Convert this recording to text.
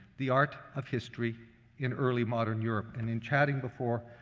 the art of history in early modern europe. and in chatting before,